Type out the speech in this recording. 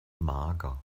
mager